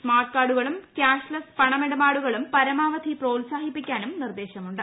smart കാർഡുകളും cashless പണമിടപാടും പരമാവധി പ്രോത്സാഹിപ്പിക്കാനും നിർദ്ദേശമുണ്ട്